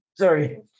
Sorry